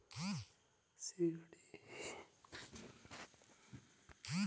ಸಿಗಡಿ ಇಂದ ಹಲ್ವಾರ್ ಅಡಿಗೆ ಮಾಡ್ಬೋದು ಕರಿಗಳು ಹಾಗೂ ಕಬಾಬ್ ಹಾಗೂ ಬಿರಿಯಾನಿ ಮಾಡ್ಬೋದು